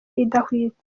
idahwitse